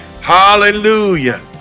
Hallelujah